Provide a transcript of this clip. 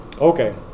Okay